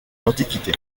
l’antiquité